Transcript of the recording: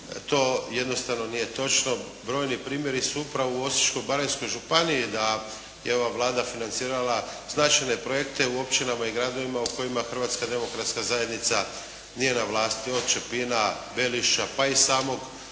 To jednostavno nije točno, brojni primjeri su upravo u Osječko-baranjskoj županiji da je ova Vlada financirala značajne projekte u općinama i gradovima u kojima Hrvatska demokratska zajednica nije na vlasti, …/Govornik se ne razumije./…